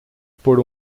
por